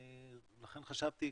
לכן חשבתי,